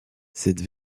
cette